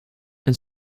and